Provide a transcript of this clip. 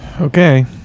okay